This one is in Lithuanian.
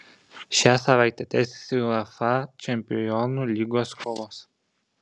šią savaitę tęsiasi uefa čempionų lygos kovos